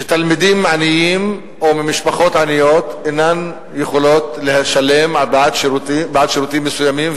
שתלמידים עניים או ממשפחות עניות אינם יכולים לשלם בעד שירותים מסוימים,